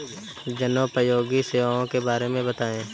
जनोपयोगी सेवाओं के बारे में बताएँ?